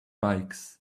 bikes